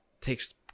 takes